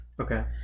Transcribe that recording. okay